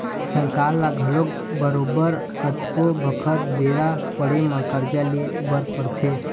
सरकार ल घलोक बरोबर कतको बखत बेरा पड़े म करजा ले बर परथे